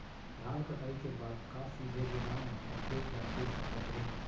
धान कटाई के बाद का सीधे गोदाम मा रखे जाथे सकत हे?